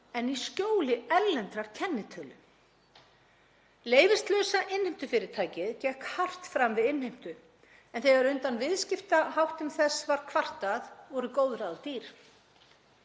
en í skjóli erlendrar kennitölu. Leyfislausa innheimtufyrirtækið gekk hart fram við innheimtu en þegar undan viðskiptaháttum þess var kvartað voru góð ráð dýr